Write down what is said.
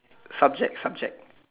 subject subject